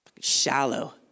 shallow